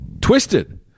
twisted